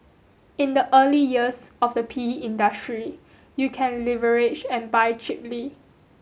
in the early years of the P E industry you can leverage and buy cheaply